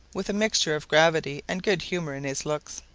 with a mixture of gravity and good humour in his looks,